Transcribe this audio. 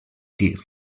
tir